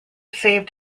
saved